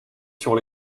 sur